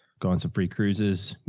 go on some free cruises. you